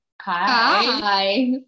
Hi